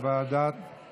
לוועדת